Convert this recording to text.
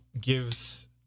gives